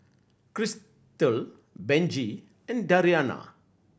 Christal Benji and Dariana